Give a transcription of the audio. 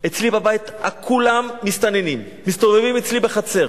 אצלי בבית כולם מסתננים, מסתובבים אצלי בחצר.